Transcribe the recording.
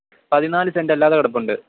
പതിനാല് സെൻറ്റ് അല്ലാതെ കിടപ്പുണ്ട്